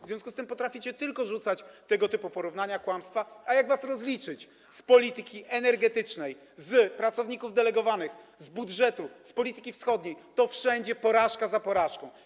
W związku z tym potraficie tylko rzucać tego typu porównania, kłamstwa, a jeśli się was rozlicza z kwestii polityki energetycznej, z pracowników delegowanych, budżetu, polityki wschodniej, to wszędzie jest porażka za porażką.